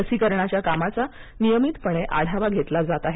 लसीकरणाच्या कामाचा नियमितपणे आढावा घेतला जात आहे